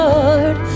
Lord